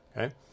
Okay